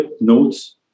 notes